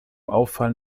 auffallen